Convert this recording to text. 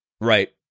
Right